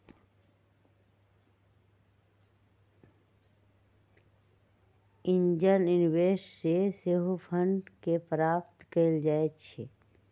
angel investors से सेहो fund के प्राप्त कएल जाइ छइ